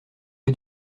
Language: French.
jeu